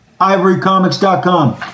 IvoryComics.com